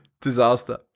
Disaster